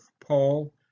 Paul